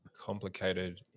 complicated